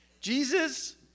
Jesus